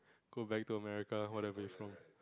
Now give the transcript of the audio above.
go back to America whatever you from